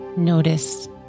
Notice